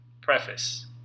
Preface